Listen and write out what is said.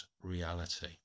reality